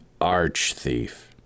arch-thief